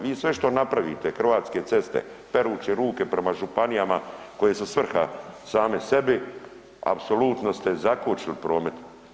Vi sve što napravite Hrvatske ceste perući ruke prema županijama koje su svrha same sebi, apsolutno ste zakočili promet.